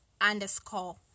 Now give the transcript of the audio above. underscore